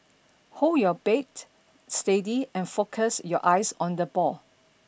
hold your bait steady and focus your eyes on the ball